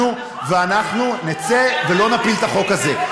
ואנחנו נצא ולא נפיל את החוק הזה,